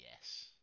yes